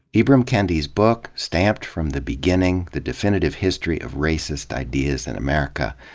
ibram kendi's book, stamped from the beginning the definitive history of racist ideas in america,